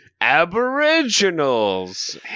aboriginals